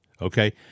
Okay